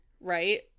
right